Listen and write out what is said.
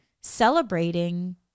celebrating